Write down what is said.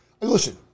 listen